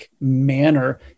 manner